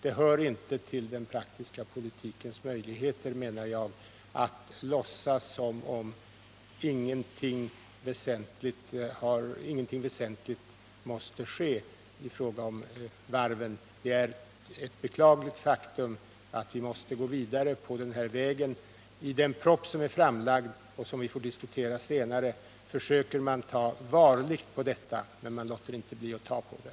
Det hör inte till den praktiska politikens möjligheter, menar jag, att låtsas som om ingenting väsentligt måste ske i fråga om varven. Det är ett beklagligt faktum att vi måste gå vidare på den här vägen. I den proposition som är framlagd och som vi får tillfälle att diskutera senare försöker man ta varligt på detta, men man låter inte bli att ta på det.